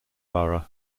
borough